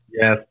Yes